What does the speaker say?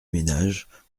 ménage